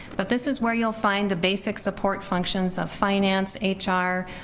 but this is where you'll find the basic support functions of finance, h r,